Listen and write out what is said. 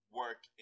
work